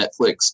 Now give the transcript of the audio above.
Netflix